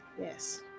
Yes